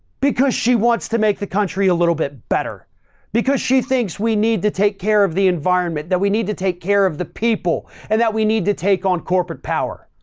because she wants to make the country a little bit better because she thinks we need to take care of the environment that we need to take care of the people and that we need to take on corporate power.